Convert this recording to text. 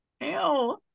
Ew